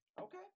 Okay